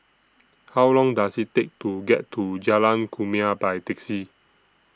How Long Does IT Take to get to Jalan Kumia By Taxi